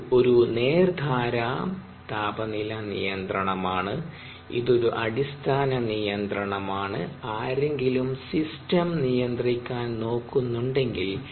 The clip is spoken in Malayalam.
ഇത് ഒരു നേർധാരാ താപനില നിയന്ത്രണമാണ് ഇത് ഒരു അടിസ്ഥാന നിയന്ത്രണമാണ് ആരെങ്കിലും സിസ്റ്റം നിയന്ത്രിക്കാൻ നോക്കുന്നുണ്ടെങ്കിൽ